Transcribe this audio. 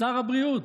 שר הבריאות,